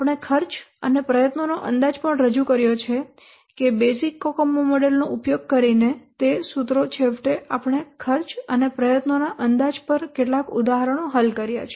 આપણે ખર્ચ અને પ્રયત્નોનો અંદાજ પણ રજૂ કર્યો છે કે બેઝિક કોકોમો મોડેલ નો ઉપયોગ કરીને તે સૂત્રો છેવટે આપણે ખર્ચ અને પ્રયત્નોના અંદાજ પર કેટલાક ઉદાહરણો હલ કર્યા છે